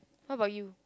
what about you